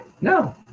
no